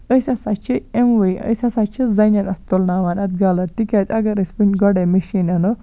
أسۍ ہسا چھِ یِموٕے أسۍ ہسا چھِ زَنٮ۪ن اَتھ تُلناوان اَتھ گلر تِکیازِ اَگر أسۍ گۄڈَے مِشیٖن اَنو